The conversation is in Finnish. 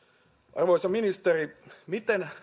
arvoisa ministeri